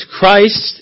Christ